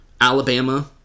Alabama